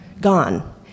Gone